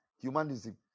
humanism